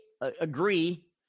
agree